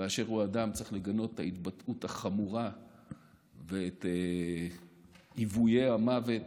באשר הוא אדם צריך לגנות את ההתבטאות החמורה ואת איוויי המוות